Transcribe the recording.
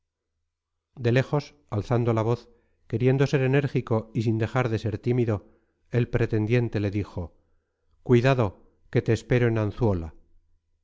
de lejos alzando la voz queriendo ser enérgico y sin dejar de ser tímido el pretendiente le dijo cuidado que te espero en anzuola